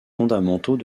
fondamentaux